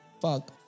fuck